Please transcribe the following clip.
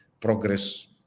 progress